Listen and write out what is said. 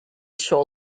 sure